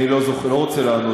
אני לא זוכר, לא רוצה לענות.